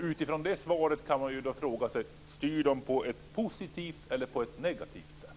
Utifrån svaret på detta kan jag fråga: Styr de på ett positivt eller på ett negativt sätt?